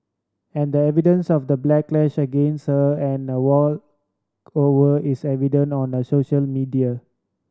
and the evidence of the backlash against her and the walk over is evident on the social media